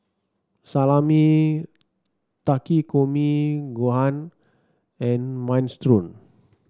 Salami Takikomi Gohan and Minestrone